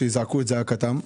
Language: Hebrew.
כדי שיזעקו את זעקתם.